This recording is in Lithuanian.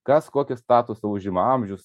kas kokį statusą užima amžius